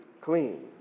clean